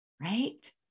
right